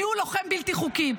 מיהו לוחם בלתי חוקי.